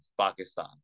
Pakistan